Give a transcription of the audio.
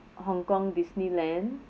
hong kong Disneyland